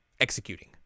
executing